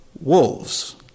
wolves